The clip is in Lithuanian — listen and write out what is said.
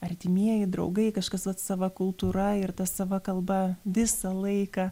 artimieji draugai kažkas vat sava kultūra ir ta sava kalba visą laiką